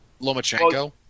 Lomachenko